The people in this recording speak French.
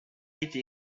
été